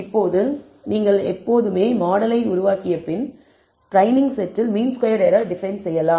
இப்போது நீங்கள் எப்போதுமே மாடலை உருவாக்கிய பின் ட்ரெய்னிங் செட்டில் மீன் ஸ்கொயர்ட் எரர் டிபைன் செய்யலாம்